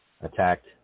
attacked